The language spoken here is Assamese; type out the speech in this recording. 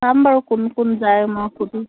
চাম বাৰু কোন কোন যায় মই সোধো